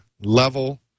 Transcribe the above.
level